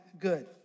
good